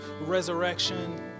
resurrection